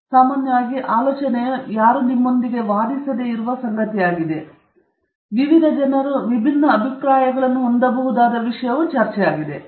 ಮತ್ತು ಸಾಮಾನ್ಯವಾಗಿ ಆಲೋಚನೆಯು ಯಾರೂ ನಿಮ್ಮೊಂದಿಗೆ ವಾದಿಸದಿರುವ ಸಂಗತಿಯಾಗಿದೆ ವಿವಿಧ ಜನರು ವಿಭಿನ್ನ ಅಭಿಪ್ರಾಯಗಳನ್ನು ಹೊಂದಬಹುದಾದ ವಿಷಯ ಚರ್ಚೆಯಾಗಿದೆ